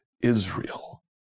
Israel